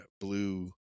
blue